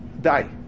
die